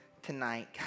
Tonight